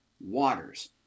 waters